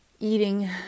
eating